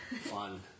fun